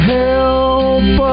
help